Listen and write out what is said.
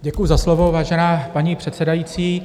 Děkuji za slovo, vážená paní předsedající.